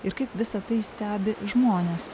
ir kaip visa tai stebi žmonės